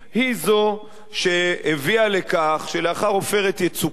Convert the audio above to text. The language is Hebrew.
היא זו שהביאה לכך שלאחר "עופרת יצוקה"